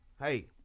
Hey